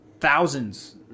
thousands